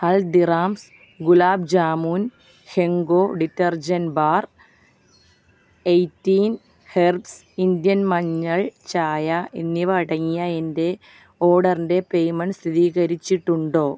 Haldiram's gulab jamun Henko detergent bar eighteen herbs Indian മഞ്ഞൾ ചായ എന്നിവ അടങ്ങിയ എന്റെ ഓർഡറിന്റെ പേയ്മെൻറ് സ്ഥിരീകരിച്ചിട്ടുണ്ടോ